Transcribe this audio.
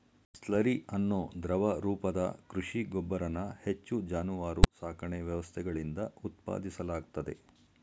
slurry ಅನ್ನೋ ದ್ರವ ರೂಪದ ಕೃಷಿ ಗೊಬ್ಬರನ ಹೆಚ್ಚು ಜಾನುವಾರು ಸಾಕಣೆ ವ್ಯವಸ್ಥೆಗಳಿಂದ ಉತ್ಪಾದಿಸಲಾಗ್ತದೆ